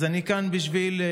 אז אני כאן בשביל,